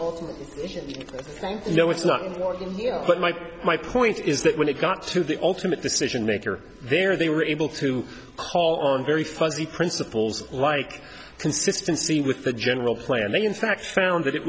know it's not but my my point is that when it got to the ultimate decision maker there they were able to call on very fuzzy principles like consistency with the general plan they in fact found that it